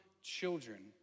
children